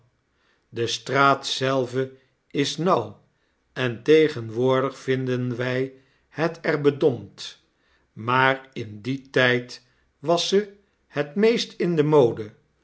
de straat zelve is nauw en tegenwoordig vinden wij het er bedompt maar in dien tijd was ze het meest in de mode